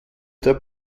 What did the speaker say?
der